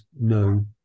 no